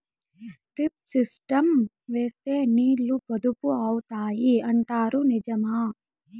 Drip system వేస్తే నీళ్లు పొదుపు అవుతాయి అంటారు నిజమా?